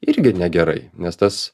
irgi negerai nes tas